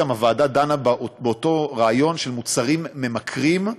הוועדה דנה גם באותו רעיון של מוצרים ממכרים,